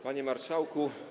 Panie Marszałku!